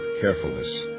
carefulness